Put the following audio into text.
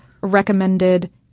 recommended